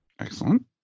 Excellent